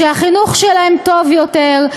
שהחינוך שלהם טוב יותר,